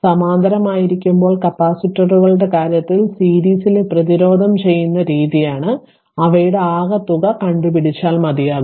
സമാന്തരമായിരിക്കുമ്പോൾ കപ്പാസിറ്ററുകളുടെ കാര്യത്തിൽ സീരീസിലെ പ്രതിരോധം ചെയ്യുന്ന രീതിയാണ് അവയുടെ ആകെത്തുക കണ്ടു പിടിച്ചാൽ മതിയാകും